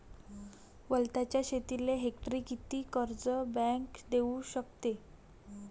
वलताच्या शेतीले हेक्टरी किती कर्ज बँक देऊ शकते?